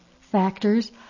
factors